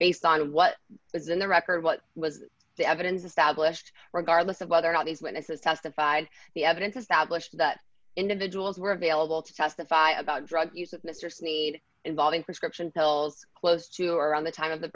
based on what is in the record what was the evidence established regardless of whether or not these witnesses testified the evidence established that individuals were available to testify about drug use of mister sneed involving prescription pills close to or around the time of the